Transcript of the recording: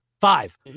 Five